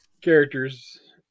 characters